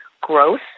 growth